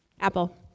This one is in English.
Apple